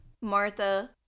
Martha